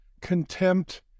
contempt